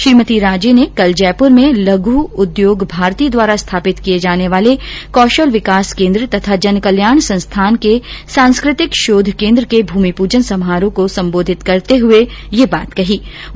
श्रीमती राजे कल जयपुर में लघु उद्योग भारती द्वारा स्थापित किए जाने वाले कौशल विकास केन्द्र तथा जन कल्याण संस्थान के सांस्कृतिक शोध केन्द्र के भूमि पूजन समारोह को सम्बोधित कर रही थी